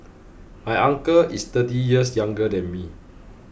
my uncle is thirty years younger than me